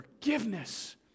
Forgiveness